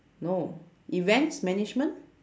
no events management